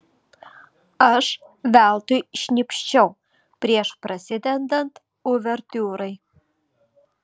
aš veltui šnypščiau prieš prasidedant uvertiūrai